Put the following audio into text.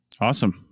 Awesome